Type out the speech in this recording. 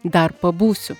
dar pabūsiu